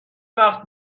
وقت